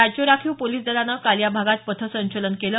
राज्य राखीव पोलीस दलानं काल या भागात पथ संचलन केलं